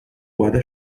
guarda